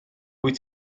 wyt